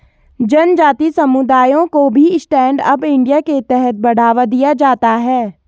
जनजाति समुदायों को भी स्टैण्ड अप इंडिया के तहत बढ़ावा दिया जाता है